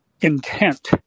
intent